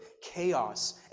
chaos